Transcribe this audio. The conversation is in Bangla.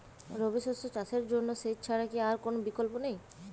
রবি শস্য চাষের জন্য সেচ ছাড়া কি আর কোন বিকল্প নেই?